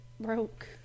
broke